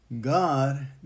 God